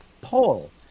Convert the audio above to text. poll